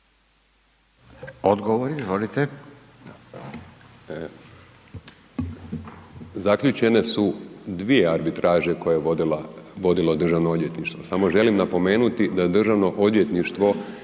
**Jelenić, Dražen** Zaključene su dvije arbitraže koje je vodila, vodilo državno odvjetništvo, samo želim napomenuti da državno odvjetništvo